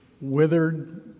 withered